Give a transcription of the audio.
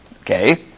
Okay